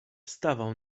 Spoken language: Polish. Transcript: stawał